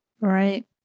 Right